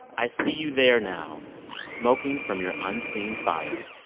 i see you there now smoking from your unseen fire.